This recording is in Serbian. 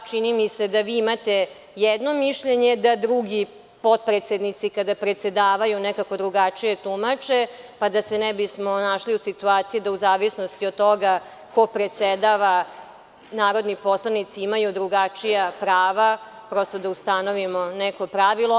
Čini mi se da vi imate jedno mišljenje, a da drugi potpredsednici kada predsedavaju nekako drugačije tumače, pa da se ne bismo našli u situaciji da u zavisnosti od toga ko predsedava narodni poslanici imaju drugačija prava, prosto treba da ustanovimo neko pravilo.